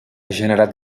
generat